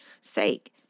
sake